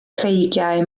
creigiau